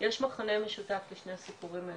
יש מכנה משותף לשני הסיפורים האלה,